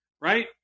right